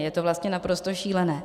Je to vlastně naprosto šílené.